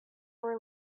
were